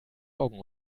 augen